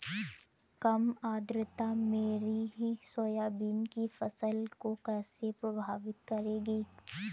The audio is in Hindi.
कम आर्द्रता मेरी सोयाबीन की फसल को कैसे प्रभावित करेगी?